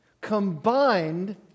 combined